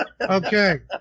Okay